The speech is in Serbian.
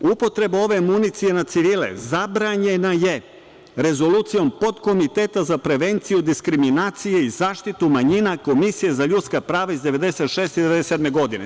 Upotreba ove municije na civile zabranjena je Rezolucijom Podkomiteta za prevenciju diskriminacije i zaštitu manjina Komisije za ljudska prava iz 1996. i 1997. godine.